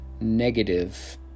negative